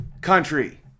country